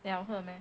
then 好喝 meh